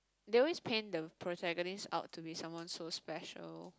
they always paint the protagonist out to be someone so special